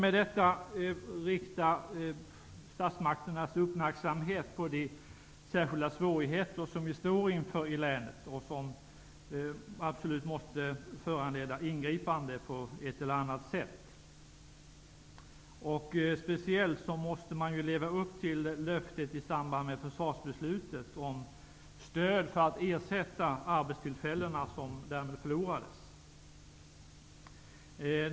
Med detta vill jag rikta statsmakternas uppmärksamhet på de särskilda svårigheter som vi står inför i länet, och som absolut måste föranleda ingripanden på ett eller annat sätt. Speciellt måste man leva upp till löftet, givet i samband med försvarsbeslutet, om stöd för att ersätta de arbetstillfällen som därmed förlorades.